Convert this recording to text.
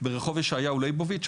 ברחוב ישעיהו לייבוביץ',